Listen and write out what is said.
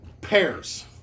pairs